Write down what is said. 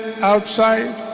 Outside